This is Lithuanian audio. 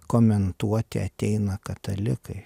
komentuoti ateina katalikai